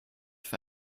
für